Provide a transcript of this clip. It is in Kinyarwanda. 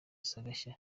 sagashya